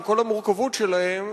עם כל המורכבות שלהן,